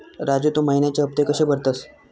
राजू, तू महिन्याचे हफ्ते कशे भरतंस?